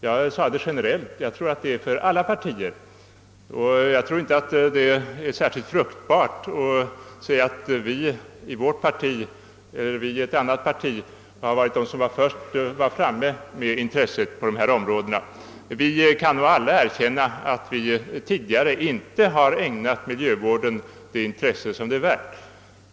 Jag uttalade mig generellt — jag tror att detta gäller för alla partier och att det inte är särskilt fruktbart att hävda att man i det och det partiet först visade intresse för dessa frågor. Vi bör alla erkänna att vi tidigare inte ägnat miljövården det intresse som den är värd.